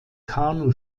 kanu